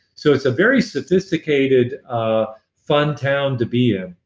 so it's a very sophisticated ah fun town to be in